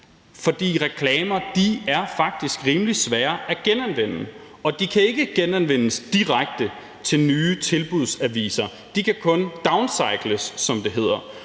For reklamer er faktisk rimelig svære at genanvende, og de kan ikke genanvendes direkte til nye tilbudsaviser. De kan kun downcycles, som det hedder,